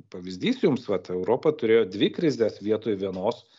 pavyzdys jums vat europa turėjo dvi krizes vietoj vienos